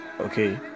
Okay